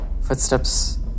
footsteps